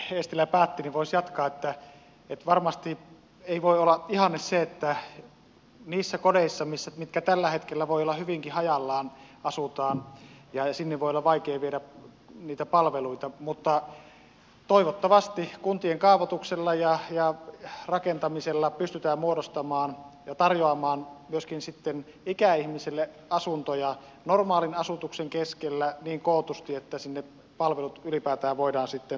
tuosta mihin eestilä päätti voisi jatkaa että varmasti ei voi olla ihanne se tilanne mikä on tällä hetkellä että kodit voivat olla hyvinkin hajallaan ja sinne voi olla vaikea viedä niitä palveluita mutta toivottavasti kuntien kaavoituksella ja rakentamisella pystytään muodostamaan ja tar joamaan myöskin sitten ikäihmisille asuntoja normaalin asutuksen keskellä niin kootusti että sinne palvelut ylipäätään voidaan turvallisesti viedä